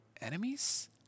enemies